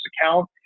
account